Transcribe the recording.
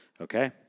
Okay